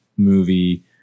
movie